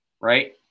right